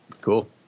cool